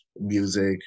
music